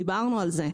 דיברנו על זה.